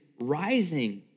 rising